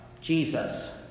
Jesus